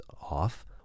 off